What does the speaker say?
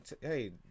hey